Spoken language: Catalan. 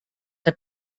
que